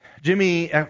Jimmy